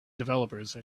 developers